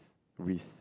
wrist